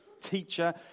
teacher